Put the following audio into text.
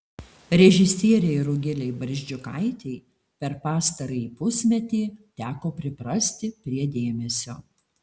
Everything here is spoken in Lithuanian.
režisierei rugilei barzdžiukaitei per pastarąjį pusmetį teko priprasti prie dėmesio